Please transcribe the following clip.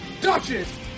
duchess